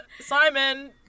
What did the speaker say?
Simon